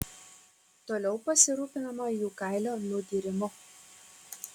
toliau pasirūpinama jų kailio nudyrimu